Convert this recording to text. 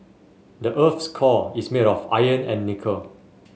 the earth's core is made of iron and nickel